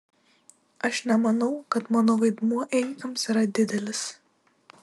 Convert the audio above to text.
aš nemanau kad mano vaidmuo ėjikams yra didelis